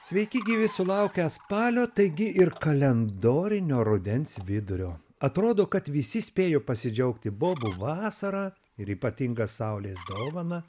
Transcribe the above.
sveiki gyvi sulaukę spalio taigi ir kalendorinio rudens vidurio atrodo kad visi spėjo pasidžiaugti bobų vasara ir ypatinga saulės dovana